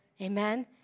Amen